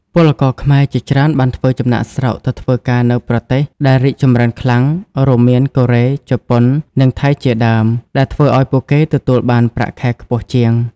ពលករខ្មែរជាច្រើនបានធ្វើចំណាកស្រុកទៅធ្វើការនៅប្រទេសដែលរីកចម្រើនខ្លាំង រួមមានកូរ៉េ ជប៉ុន និងថៃជាដើម ដែលធ្វើឲ្យពួកគេទទួលបានប្រាក់ខែខ្ពស់ជាង។